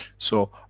so,